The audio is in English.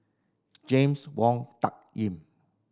James Wong Tuck Yim